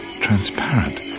transparent